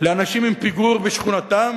לאנשים עם פיגור בשכונתם,